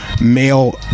male